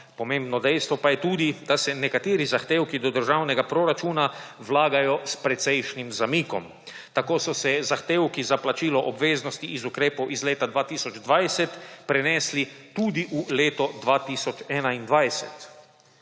Pomembno dejstvo pa je tudi, da se nekateri zahtevki do državnega proračuna vlagajo s precejšnjim zamikom. Tako so se zahtevki za plačilo obveznosti iz ukrepov iz leta 2020 prenesli tudi v leto 2021.